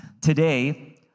Today